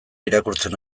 irakurtzen